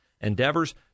endeavors